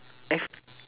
F